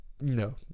No